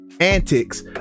Antics